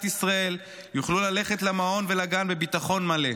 ישראל יוכלו ללכת למעון ולגן בביטחון מלא.